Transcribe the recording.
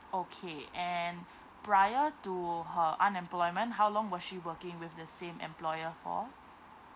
okay and prior to her unemployment how long were she working with the same employer for